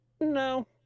No